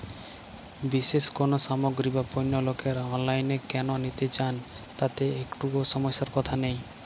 বিশেষ কোনো সামগ্রী বা পণ্য লোকেরা অনলাইনে কেন নিতে চান তাতে কি একটুও সমস্যার কথা নেই?